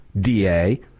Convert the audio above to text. DA